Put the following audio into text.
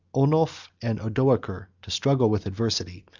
onulf and odoacer, to struggle with adversity,